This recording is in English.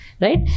right